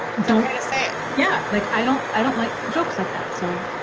it's okay to say it. yeah, like i don't i don't like jokes like that so.